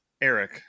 Eric